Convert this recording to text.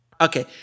Okay